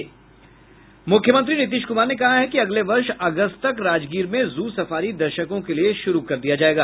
मुख्यमंत्री नीतीश कुमार ने कहा है कि अगले वर्ष अगस्त तक राजगीर में जू सफारी दर्शकों के लिए शुरू कर दिया जायेगा